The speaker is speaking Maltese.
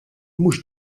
mhux